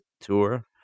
tour